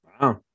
Wow